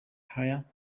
higher